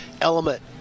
element